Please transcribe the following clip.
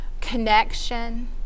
connection